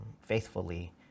faithfully